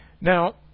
now